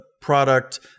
product